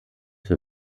für